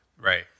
Right